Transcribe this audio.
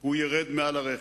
הוא ירד מעל הרכב.